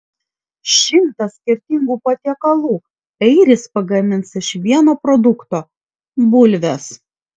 šimtą skirtingų patiekalų airis pagamins iš vieno produkto bulvės